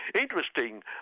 Interesting